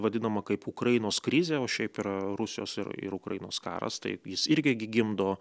vadinama kaip ukrainos krizė o šiaip yra rusijos ir ir ukrainos karas tai jis irgi gi gimdo